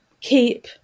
keep